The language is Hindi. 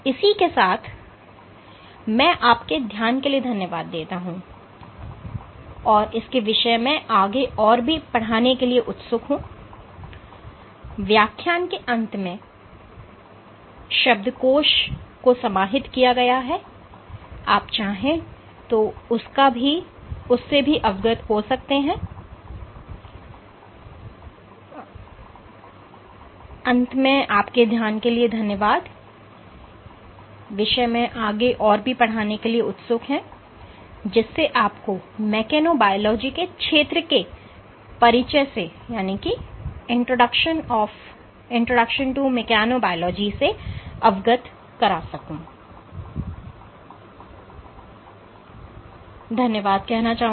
इसी के साथ मैं आपके ध्यान के लिए धन्यवाद देता हूं और इसके विषय में आगे और भी पढ़ाने के लिए उत्सुक हूं जिससे आपको मेकेनोबायोलॉजी के क्षेत्र के परिचय से अवगत करा सकूं